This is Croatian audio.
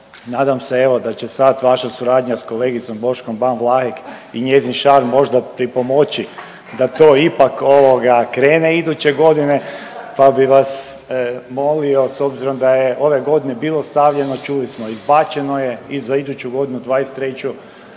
nadam se evo da će sad vaša suradnja sa kolegicom Boškom Ban Vlahek i njezin šarm možda pripomoći da to ipak krene iduće godine, pa bi vas molio s obzirom da je ove godine bilo stavljeno čuli smo izbačeno je i za iduću godinu '23.